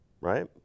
right